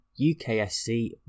UKSC